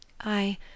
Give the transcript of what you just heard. I